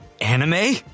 Anime